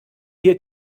ihr